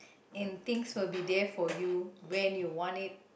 and things will be there for you when you want it